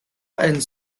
and